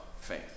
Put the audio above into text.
faith